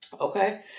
Okay